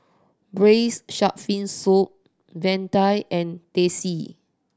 braise shark fin soup vadai and Teh C